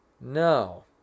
No